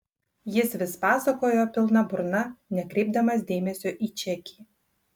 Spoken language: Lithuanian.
jis vis pasakojo pilna burna nekreipdamas dėmesio į čekį